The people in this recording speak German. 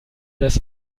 das